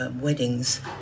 weddings